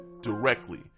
directly